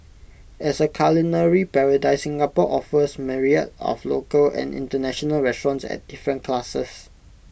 as A culinary paradise Singapore offers myriad of local and International restaurants at different classes